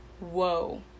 whoa